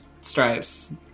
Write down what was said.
stripes